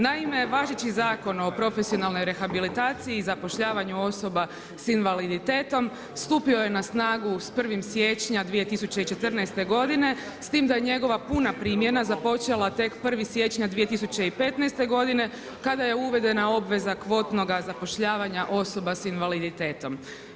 Naime, važeći Zakon o profesionalnoj rehabilitaciji i zapošljavanju osoba s invaliditetom stupio je snagu s 1. siječnja 2014. godine s tim da je njegova puna primjena započela tek 1. siječnja 2015. godine kada je uvedena obveza kvotnoga zapošljavanja osoba s invaliditetom.